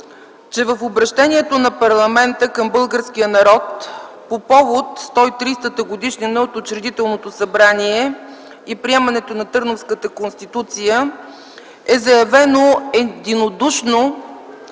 че в обръщението на парламента към българския народ по повод 130-годишнина от Учредителното събрание и приемането на Търновската конституция е заявено единодушно